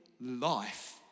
Life